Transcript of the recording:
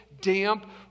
damp